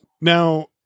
Now